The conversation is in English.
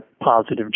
positive